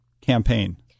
campaign